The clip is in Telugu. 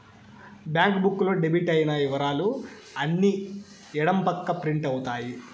బ్యాంక్ బుక్ లో డెబిట్ అయిన ఇవరాలు అన్ని ఎడం పక్క ప్రింట్ అవుతాయి